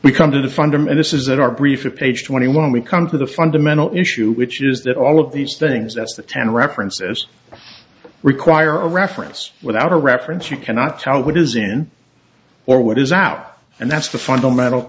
we come to the fundamentalists is that our brief of page twenty one we come to the fundamental issue which is that all of these things as the ten references require a reference without a reference you cannot tell what is in or what is out and that's the fundamental